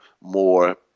more